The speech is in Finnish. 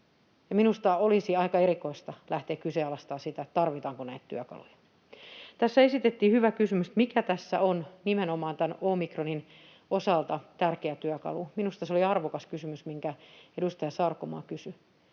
minusta olisi aika erikoista lähteä kyseenalaistamaan sitä, tarvitaanko näitä työkaluja. Tässä esitettiin hyvä kysymys, että mikä tässä on nimenomaan tämän omikronin osalta tärkeä työkalu. Minusta se oli arvokas kysymys, minkä edustaja Sarkomaa kysyi,